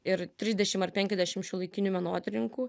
ir trisdešim ar penkiasdešim šiuolaikinių menotyrininkų